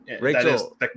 rachel